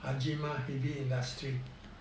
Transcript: heavy industries